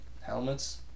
helmets